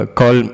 call